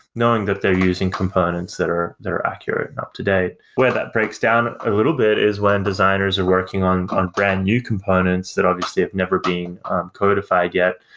knowing that they're using components that are accurate and up to date where that breaks down a little bit is when designers are working on on brand-new components that obviously have never been codified yet.